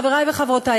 חברי וחברותי,